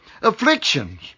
Afflictions